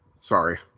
Sorry